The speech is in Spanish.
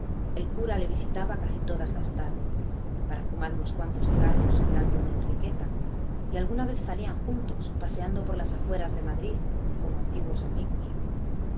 el cura le visitaba casi todas las tardes para fumar unos cuantos cigarros hablando de enriqueta y alguna vez salían juntos paseando por las afueras de madrid como antiguos amigos